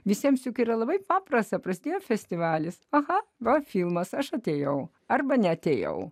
visiems juk yra labai paprasta prasidėjo festivalis aha va filmas aš atėjau arba neatėjau